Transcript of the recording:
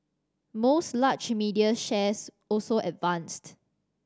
most large media shares also advanced